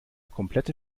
komplette